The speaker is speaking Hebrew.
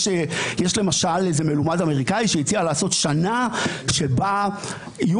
יש למשל איזה מלומד אמריקאי שהציע לעשות שנה שבה יהיו